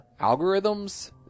algorithms